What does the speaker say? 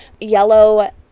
Yellow